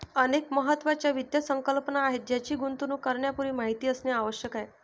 अनेक महत्त्वाच्या वित्त संकल्पना आहेत ज्यांची गुंतवणूक करण्यापूर्वी माहिती असणे आवश्यक आहे